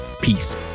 peace